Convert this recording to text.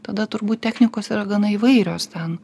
tada turbūt technikos yra gana įvairios ten